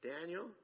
Daniel